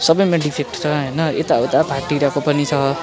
सबैमा डिफेक्ट छ होइन यता उता फाटिरहेको पनि छ